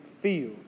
feel